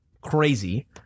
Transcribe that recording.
Crazy